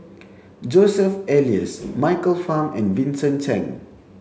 Joseph Elias Michael Fam and Vincent Cheng